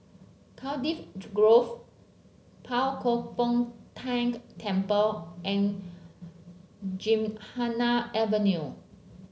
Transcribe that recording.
Cardiff Grove Pao Kwan Foh Tang Temple and Gymkhana Avenue